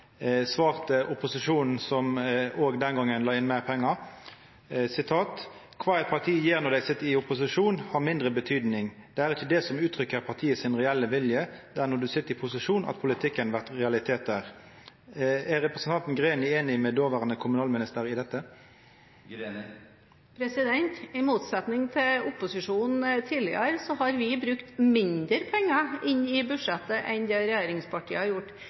svarte opposisjonen – som òg den gongen la inn meir pengar: «Kva eit parti gjer når det sit i opposisjon, har mindre betydning. Det er ikkje det som uttrykker partiet sin reelle vilje. Det er når du sit i posisjon, at politikken vert realitetar.» Er representanten Greni einig med den dåverande kommunalministeren i dette? I motsetning til opposisjonen tidligere har vi lagt mindre penger inn i budsjettet enn det regjeringspartiene har gjort;